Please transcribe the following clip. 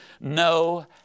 No